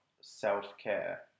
self-care